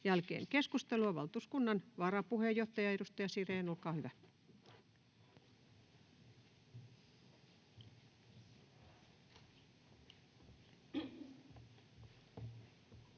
jälkeen. — Keskustelua, valtuuskunnan varapuheenjohtaja, edustaja Sirén, olkaa hyvä.